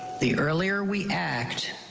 the earlier we act,